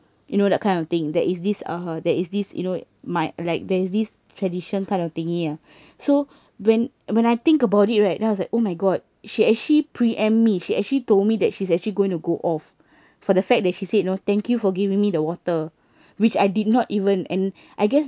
you know that kind of thing there is these uh there is this you know my like there's this tradition kind of thingy ya so when I when I think about it right then I was like oh my god she actually pre-empt me she actually told me that she's actually going to go off for the fact that she said know thank you for giving me the water which I did not even and I guess